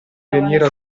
venire